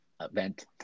event